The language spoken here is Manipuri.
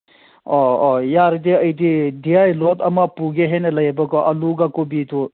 ꯑꯣ ꯑꯣ ꯌꯥꯔꯗꯤ ꯑꯩꯗꯤ ꯗꯤ ꯑꯥꯏ ꯂꯣꯠ ꯑꯃ ꯄꯨꯒꯦ ꯍꯥꯏꯅ ꯂꯩꯕꯀꯣ ꯑꯥꯜꯂꯨꯒ ꯀꯣꯕꯤꯗꯨ